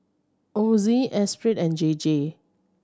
Ozi Esprit and J J